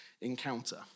Encounter